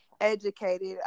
educated